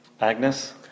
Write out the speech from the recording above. Agnes